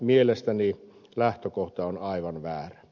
mielestäni lähtökohta on aivan väärä